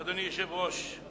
אדוני היושב-ראש,